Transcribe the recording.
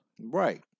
Right